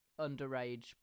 underage